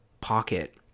pocket